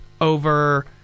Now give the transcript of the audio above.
over